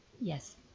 Yes